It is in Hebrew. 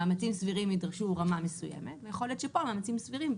מאמצים סבירים ידרשו רמה מסוימת ויכול להיות שכאן מאמצים סבירים,